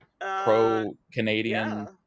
pro-Canadian